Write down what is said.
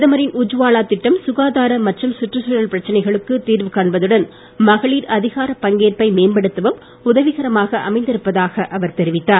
பிரதமரின் உஜ்வாலா திட்டம் சுகாதார மற்றும் சுற்றுச்சூழல் பிரச்சனைகளுக்கு தீர்வு காண்பதுடன் மகளிர் அதிகாரப் பங்கேற்பை மேம்படுத்தவும் உதவிகரமாக அமைந்திருப்பதாக அவர் தெரிவித்தார்